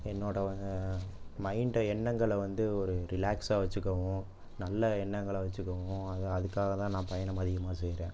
என்னோடய மைண்டை எண்ணங்களை வந்து ஒரு ரிலாக்ஸாக வச்சிக்கவும் நல்ல எண்ணங்களை வச்சிக்கவும் அது அதுக்காக தான் நான் பயணம் அதிகமாக செய்கிறேன்